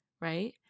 right